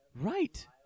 Right